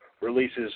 releases